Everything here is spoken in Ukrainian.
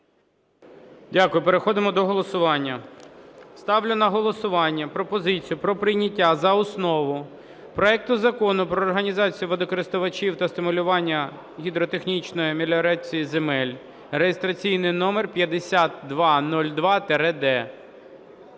Дякую. Переходимо до голосування. Ставлю на голосування пропозицію про прийняття за основу проекту Закону про організації водокористувачів та стимулювання гідротехнічної меліорації земель (реєстраційний номер 5202-д).